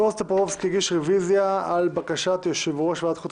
בועז טופורובסקי הגיש רביזיה על בקשת יושב-ראש ועדת החוץ